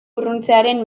urruntzearen